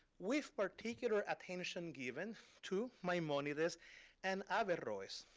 with particular attention given to maimonides and averroes,